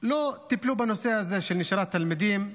לא טיפלו בנושא הזה של נשירת תלמידים,